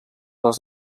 les